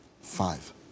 Five